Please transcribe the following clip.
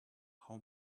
how